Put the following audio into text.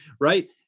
right